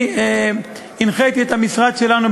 אני הנחיתי את המשרד שלנו,